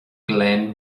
glen